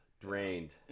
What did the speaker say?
Drained